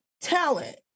talent